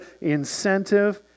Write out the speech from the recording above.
incentive